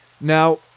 Now